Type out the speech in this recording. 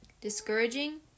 discouraging